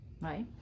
right